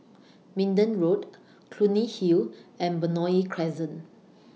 Minden Road Clunny Hill and Benoi Crescent